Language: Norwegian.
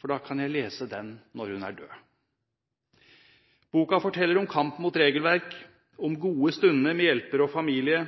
for da kan jeg lese den når hun er død.» Boka forteller om kamp mot regelverk, om gode stunder med hjelpere og familie,